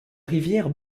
rivière